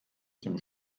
dem